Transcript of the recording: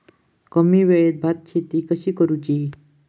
कमी वेळात भात शेती कशी करुची?